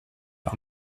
par